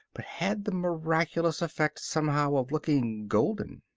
but had the miraculous effect, somehow, of looking golden.